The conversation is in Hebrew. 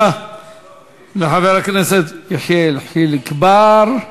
תודה לחבר הכנסת יחיאל חיליק בר.